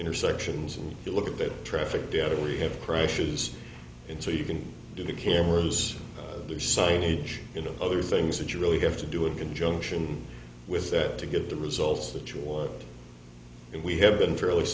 intersections and you look at that traffic data we have crashes into you can do the camera was there signage you know other things that you really have to do in conjunction with that to get the results that you want and we have been fairly